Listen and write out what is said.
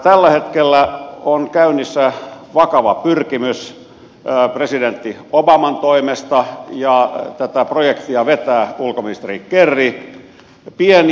tällä hetkellä on käynnissä vakava pyrkimys presidentti obaman toimesta ja tätä projektia vetää ulkoministeri kerry